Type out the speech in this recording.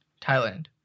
Thailand